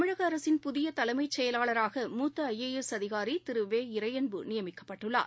தமிழக அரசின் புதிய தலைமைச் செயலாளராகமூத்த ஐ அஏ எஸ் திரு வெ இறையன்பு நியமிக்கப்பட்டுள்ளார்